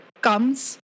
comes